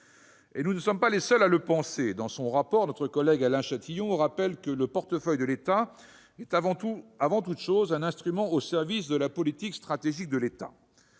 Nous ne sommes pas les seuls à le penser. Dans son rapport pour avis, Alain Chatillon rappelle que le portefeuille de l'État est avant tout un « instrument au service de la politique stratégique de l'État